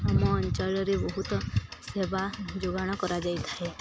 ଆମ ଅଞ୍ଚଳରେ ବହୁତ ସେବା ଯୋଗାଣ କରାଯାଇଥାଏ